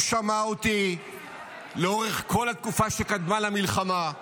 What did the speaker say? הוא שמע אותי לאורך כל התקופה שקדמה למלחמה,